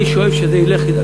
אני שואף שהמספר ילך ויגדל.